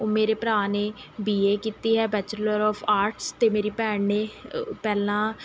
ਉਹ ਮੇਰੇ ਭਰਾ ਨੇ ਬੀ ਏ ਕੀਤੀ ਹੈ ਬੈਚਲਰ ਆਫ਼ ਆਰਟਸ ਅਤੇ ਮੇਰੀ ਭੈਣ ਨੇ ਪਹਿਲਾਂ